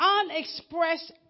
unexpressed